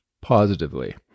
positively